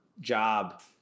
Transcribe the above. job